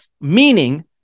meaning